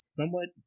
somewhat